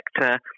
sector